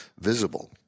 visible